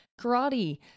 karate